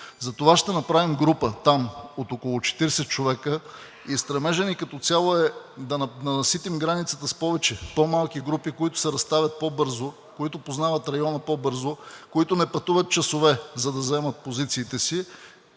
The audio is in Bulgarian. Затова ще направим там група от около 40 човека и стремежът ни като цяло е да наситим границата с повече по-малки групи, които се разставят по-бързо, които познават района по-бързо, които не пътуват часове, за да заемат позициите си.